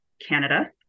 Canada